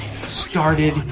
started